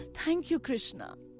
thank you, krishna.